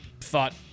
thought